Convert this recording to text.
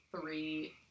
three